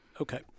Okay